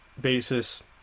basis